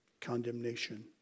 Condemnation